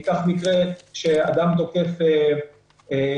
ניקח מקרה שאדם תוקף רופא,